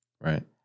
Right